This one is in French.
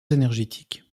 énergétiques